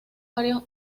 varios